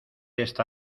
esta